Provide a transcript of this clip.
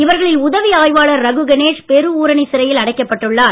இவர்களில் உதவி ஆய்வாளர் ரகு கணேஷ் பெருவூரணி சிறையில் அடைக்கப்பட்டுள்ளார்